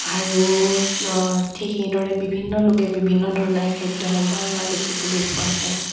আৰু ঠিক সেইদৰে বিভিন্ন লোকে বিভিন্ন ধৰণেৰে খাদ্য সম্ভাৰ কৰা দেখিবলৈ পোৱা যায়